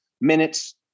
minutes